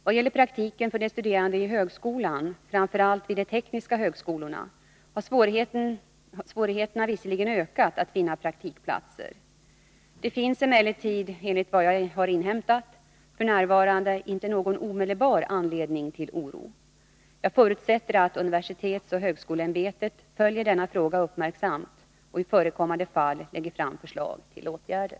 Vad gäller praktiken för de studerande i högskolan, framför allt vid de tekniska högskolorna, har svårigheterna visserligen ökat att finna praktikplatser. Det finns emellertid — enligt vad jag har inhämtat — f. n. inte någon omedelbar anledning till oro. Jag förutsätter att universitetsoch högskoleämbetet följer denna fråga uppmärksamt och i förekommande fall lägger fram förslag till åtgärder.